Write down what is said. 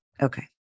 Okay